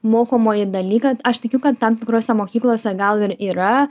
mokomojį dalyką aš tikiu kad tam tikrose mokyklose gal ir yra